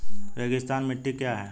रेगिस्तानी मिट्टी क्या है?